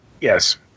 Yes